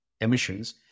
emissions